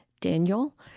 Daniel